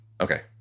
Okay